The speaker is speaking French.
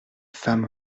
femme